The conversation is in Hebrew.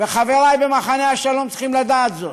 וחברי במחנה השלום צריכים לדעת זאת: